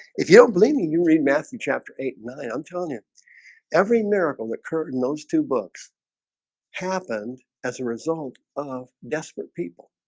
if you don't believe me, you read matthew chapter eight and nine. i'm telling you every miracle occurred in those two books happened as a result desperate people